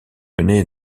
mené